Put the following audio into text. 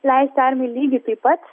leisti armijai lygiai taip pat